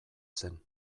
zen